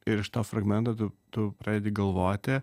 ir iš to fragmento tu tu pradedi galvoti